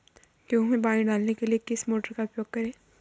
गेहूँ में पानी डालने के लिए किस मोटर का उपयोग करें?